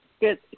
Good